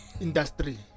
industry